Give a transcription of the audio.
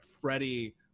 Freddie